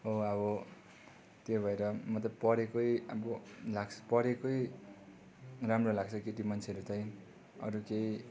हो अब त्यो भएर मतलब पढेकै अब लाग्छ पढेकै राम्रो लाग्छ केटी मान्छेले त्यही अरू केही